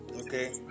okay